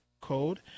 code